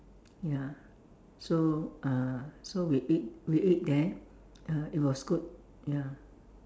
ya so uh so we eat we ate there uh it was good ya